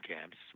camps